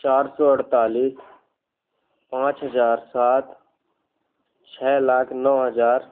चार सौ अड़तालीस पाँच हज़ार सात छ लाख नौ हज़ार